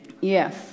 Yes